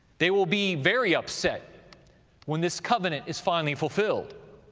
they will be very upset when this covenant is finally fulfilled.